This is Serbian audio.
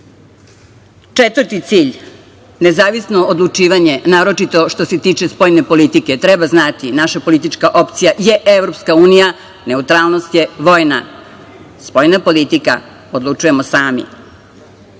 četvrti cilj, nezavisno odlučivanje, naročito što se tiče vojne politike treba znati naša politička opcija je EU, neutralnost je vojna, spoljna politika odlučujemo sami. Kada